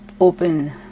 Open